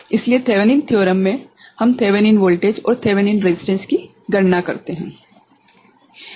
इसलिए थेवेनिन प्रमेयThevenin's Theorem में हम थेवेनिन के वोल्टेजThevenin's voltage और थेविन के प्रतिरोधThevenin's resistance की गणना करते हैं